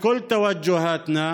למרות כל פניותינו